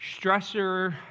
stressor